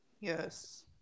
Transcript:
Yes